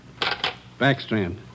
Backstrand